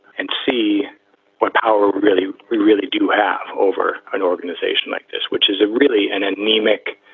and see what power really we really do have over an organization like this, which is a really an anemic